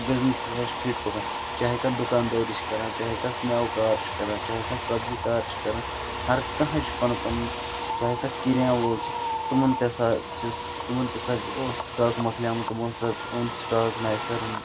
business ہَسا چھِ fit پَکان چاہے کانٛہہ دُکاندٲری چھُ کَران چاہے کانٛہہ میوٕ کار چھُ کَران چاہے کانٛہہ سبزی کار چھُ کَران ہَر کانٛہہ چھُ پَنُن پَنُن چاہے کانٛہہ کِریان وول چھُ تِمن تہٕ ہَسا چھس تمن تہِ ہَسا اوس سٹاک مۄکلیومُت تمو ہَسا اوٚن سٹاک نَیہِ سَرم